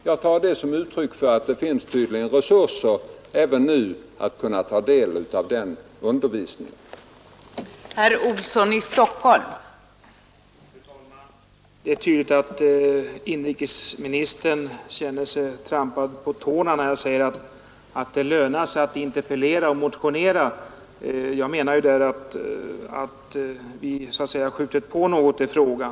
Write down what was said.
Jag tar det som uttryck för att det tydligen finns resurser för den undervisningen även nu.